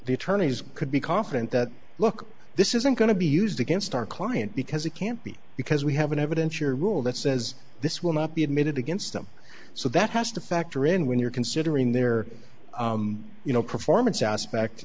the attorneys could be confident that look this isn't going to be used against our client because it can't be because we have an evidentiary rule that says this will not be admitted against them so that has to factor in when you're considering their you know performance aspect